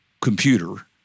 computer